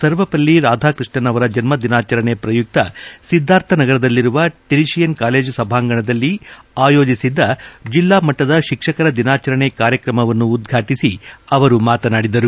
ಸರ್ವಪಲ್ಲಿ ರಾಧಾಕೃಷ್ಣನ್ ಅವರ ಜನ್ನ ದಿನಾಚರಣೆ ಪ್ರಯುಕ್ತ ಸಿದ್ದಾರ್ಥನಗರದಲ್ಲಿರುವ ಟೆಂಷಿಯನ್ ಕಾಲೇಜು ಸಭಾಂಗಣದಲ್ಲಿ ಆಯೋಜಿಸಿದ್ದ ಜಿಲ್ಲಾ ಮಟ್ಟದ ಶಿಕ್ಷಕರ ದಿನಾಚರಣೆ ಕಾರ್ಯಕ್ರಮವನ್ನು ಉದ್ವಾಟಿಸಿ ಅವರು ಮಾತನಾಡಿದರು